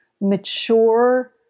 mature